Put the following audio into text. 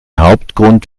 hauptgrund